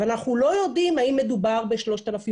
אבל אנחנו לא יודעים האם מדובר ב-3,200,